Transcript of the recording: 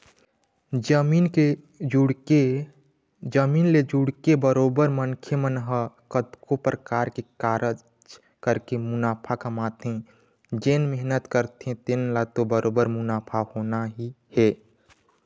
जमीन ले जुड़के बरोबर मनखे मन ह कतको परकार के कारज करके मुनाफा कमाथे जेन मेहनत करथे तेन ल तो बरोबर मुनाफा होना ही हे